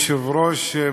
אדוני היושב-ראש,